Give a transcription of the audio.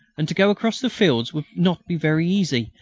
and to go across the fields would not be very easy,